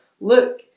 look